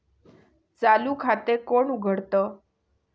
चालू खाते कोण उघडतं?